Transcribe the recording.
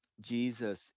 Jesus